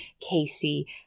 Casey